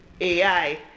AI